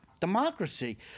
democracy